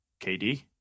KD